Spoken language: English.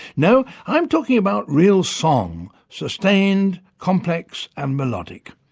no, i'm talking about real song, sustained, complex and melodic.